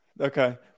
Okay